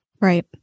Right